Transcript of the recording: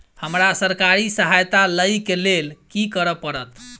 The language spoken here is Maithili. हमरा सरकारी सहायता लई केँ लेल की करऽ पड़त?